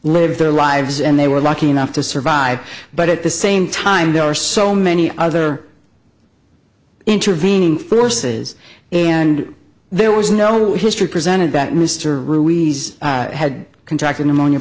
live their lives and they were lucky enough to survive but at the same time there are so many other intervening forces and there was no history presented that mr ruiz had contracted pneumonia